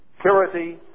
purity